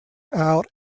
out